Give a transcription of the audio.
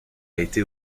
été